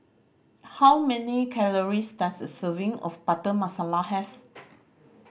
how many calories does a serving of Butter Masala have